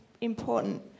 important